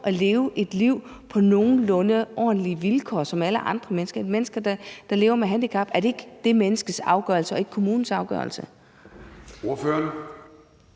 at leve et liv på nogenlunde ordentlige vilkår, som alle andre mennesker; det er mennesker, der lever med handicap. Er det ikke det menneskes afgørelse og ikke kommunens afgørelse? Kl.